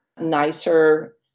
nicer